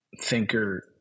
thinker